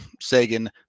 Sagan